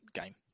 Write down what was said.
game